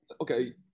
Okay